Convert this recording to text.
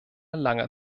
langer